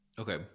Okay